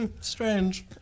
Strange